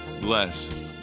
bless